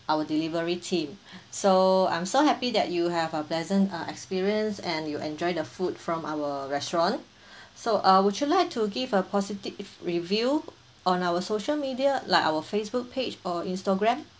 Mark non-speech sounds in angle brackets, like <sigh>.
our delivery team <breath> so I'm so happy that you have a pleasant uh experience and you enjoy the food from our restaurant <breath> so uh would you like to give a positive review on our social media like our facebook page or instagram